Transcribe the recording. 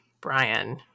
brian